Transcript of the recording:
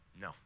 No